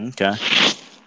Okay